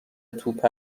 توپ